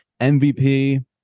MVP